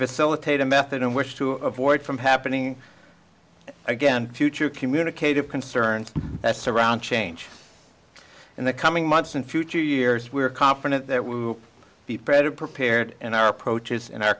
facilitate a method in which to avoid from happening again future communicated concerns that surround change in the coming months in future years we are confident that we will be predator prepared in our approaches and our